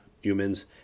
humans